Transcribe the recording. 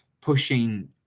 pushing